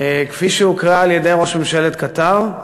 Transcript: כפי שהוקראה על-ידי ראש ממשלת קטאר,